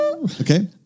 Okay